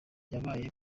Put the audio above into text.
yabaye